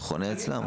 זה חונה אצלם.